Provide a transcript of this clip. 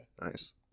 Nice